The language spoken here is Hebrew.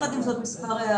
יחד עם זאת, מספר הערות.